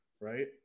right